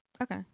Okay